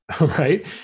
Right